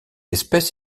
espèce